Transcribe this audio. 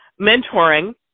mentoring